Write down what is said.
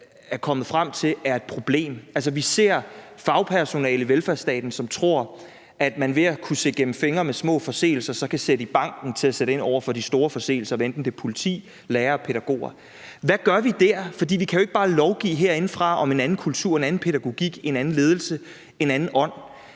er kommet frem til er et problem. Altså, vi ser fagpersonale i velfærdsstaten, som tror, at man ved at se gennem fingre med små forseelser så kan sætte i banken til at sætteind over for de store forseelser, hvad enten det er politi, lærere eller pædagoger. Hvad gør vi der? For vi kan jo ikke bare lovgive herindefra om en anden kultur, en anden pædagogik, en anden ledelse eller en anden ånd.